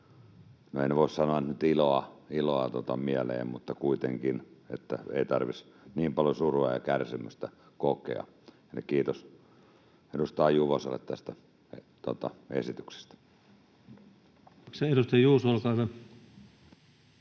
nyt voi sanoa iloa mieleen, mutta kuitenkin niin, että ei tarvitsisi niin paljon surua ja kärsimystä kokea. Kiitos edustaja Juvoselle tästä esityksestä. Kiitoksia. — Edustaja Juuso, olkaa hyvä.